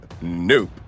nope